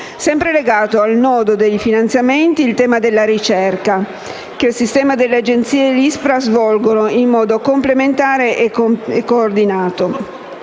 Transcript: Sempre legato al nodo dei finanziamenti è il tema della ricerca, che il sistema delle Agenzie-ISPRA svolge in modo complementare e coordinato.